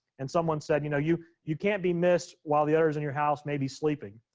and someone said, you know you you can't be missed while the others in your house may be sleeping.